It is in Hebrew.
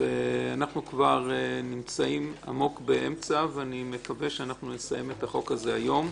אנחנו כבר נמצאים עמוק באמצע ואני מקווה שנסיים את החוק הזה היום.